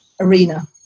arena